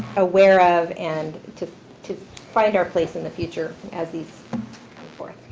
aware of, and to to find our place in the future as these come forth.